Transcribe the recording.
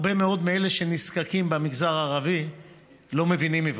הרבה מאוד מאלה שנזקקים במגזר הערבי לא מבינים עברית,